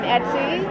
Etsy